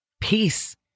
peace